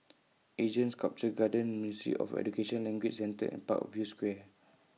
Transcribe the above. Asean Sculpture Garden Ministry of Education Language Centre and Parkview Square